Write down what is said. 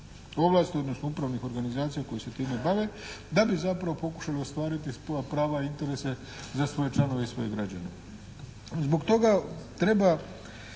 ovlasti, odnosno upravnih organizacija koje se time bave, da bi zapravo pokušali ostvariti svoja prava, interese za svoje članove i svoje građane. Zbog toga treba